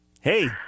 Hey